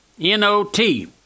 N-O-T